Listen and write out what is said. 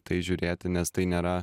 tai žiūrėti nes tai nėra